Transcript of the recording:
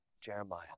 Jeremiah